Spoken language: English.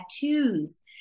tattoos